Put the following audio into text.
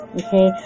okay